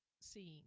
seeing